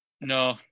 No